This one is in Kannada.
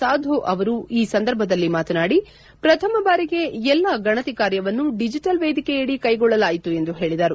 ಸಾಧು ಅವರು ಈ ಸಂದರ್ಭದಲ್ಲಿ ಮಾತನಾಡಿ ಪ್ರಥಮ ಬಾರಿಗೆ ಎಲ್ಲಾ ಗಣತಿ ಕಾರ್ಯವನ್ನು ಡಿಜಿಟಲ್ ವೇದಿಕೆಯಡಿ ಕೈಗೊಳ್ಳಲಾಯಿತು ಎಂದು ಹೇಳಿದರು